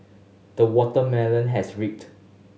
the watermelon has reaped